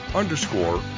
underscore